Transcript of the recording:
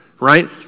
right